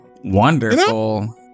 Wonderful